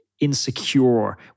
insecure